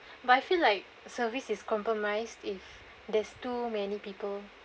but I feel like service is compromised if there's too many people